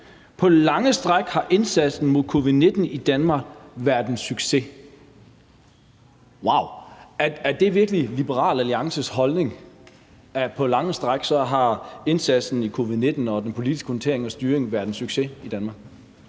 »På lange stræk har indsatsen mod covid-19 i Danmark været en succes ...«. Wow! Er det virkelig Liberal Alliances holdning, at indsatsen mod covid-19 og den politiske håndtering og styring i Danmark